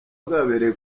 bwabereye